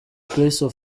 place